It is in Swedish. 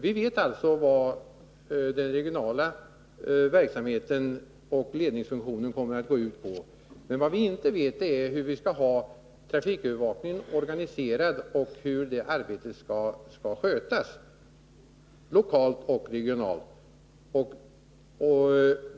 Vi vet alltså vad den regionala verksamheten och ledningsfunktionen kommer att gå ut på. Däremot vet vi inte hur trafikövervakningen skall vara organiserad och hur övervakningsarbetet skall skötas lokalt och regionalt.